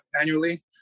annually